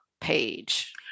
page